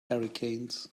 hurricanes